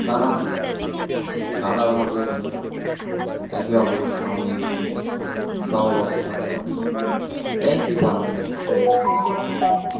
তারা নানাভাবে একে অপরের সঙ্গে সহাবস্থান করে একই পাড়াতে কখনো কখনো